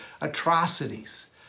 atrocities